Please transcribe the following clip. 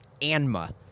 Anma